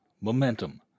momentum